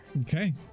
Okay